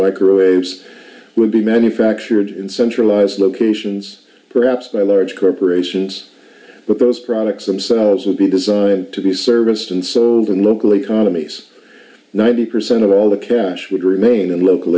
microwaves would be manufactured in centralized locations perhaps by large corporations but those products themselves would be designed to be serviced and sold in local economies ninety percent of all the cash would remain in local